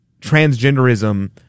Transgenderism